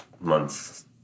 months